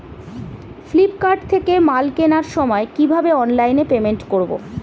Flipkart থেকে মাল কেনার সময় কিভাবে অনলাইনে পেমেন্ট করব?